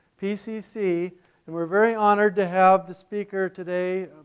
pcc and we're very honored to have the speaker today,